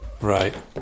Right